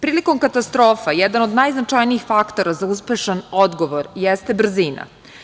Prilikom katastrofa jedan od najznačajnijih faktora za uspešan odgovor jeste brzina.